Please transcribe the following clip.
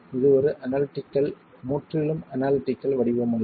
இது ஒரு அனாலிட்டிக்கல் முற்றிலும் அனாலிட்டிக்கல் வடிவம் அல்ல